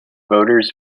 voters